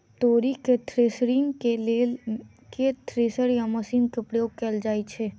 तोरी केँ थ्रेसरिंग केँ लेल केँ थ्रेसर या मशीन केँ प्रयोग कैल जाएँ छैय?